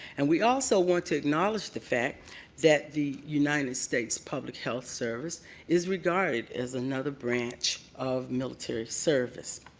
and we also want to acknowledge the fact that the united states public health service is regarded as another branch of military service.